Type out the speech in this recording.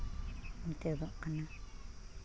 ᱢᱩᱪᱟᱹᱫᱚᱜ ᱠᱟᱱᱟ